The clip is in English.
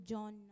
John